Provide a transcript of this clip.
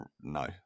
no